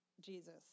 Jesus